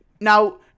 Now